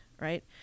right